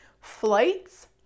flights